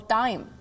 time